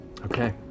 Okay